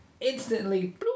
instantly